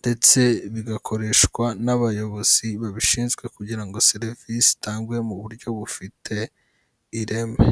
ndetse bigakoreshwa n'abayobozi babishinzwe kugira ngo serivisi itangwe mu buryo bufite ireme.